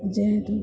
ଯେହେତୁ